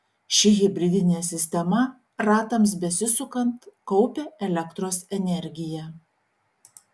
ši hibridinė sistema ratams besisukant kaupia elektros energiją